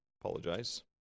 Apologize